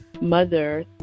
mother